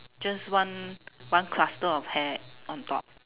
just one one cluster of hair on top